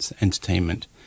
entertainment